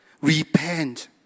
repent